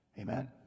amen